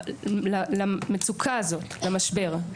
למצוקה הזאת, למשבר.